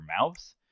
mouth